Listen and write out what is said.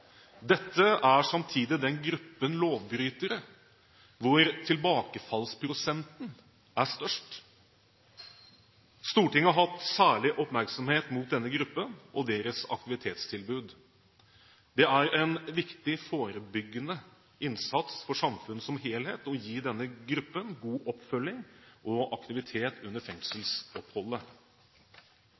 Dette er samtidig den gruppen lovbrytere hvor tilbakefallsprosenten er størst. Stortinget har hatt særlig oppmerksomhet mot denne gruppen og deres aktivitetstilbud. Det er en viktig forebyggende innsats for samfunnet som helhet å gi denne gruppen god oppfølging og aktivitet under fengselsoppholdet.